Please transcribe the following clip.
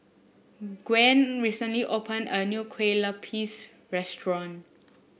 Gwyn recently opened a new Kue Lupis restaurant